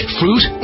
fruit